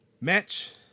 match